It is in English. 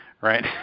right